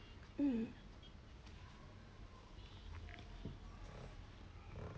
um